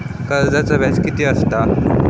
कर्जाचा व्याज कीती असता?